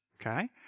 okay